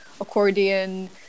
accordion